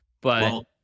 But-